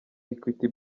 equity